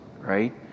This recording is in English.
right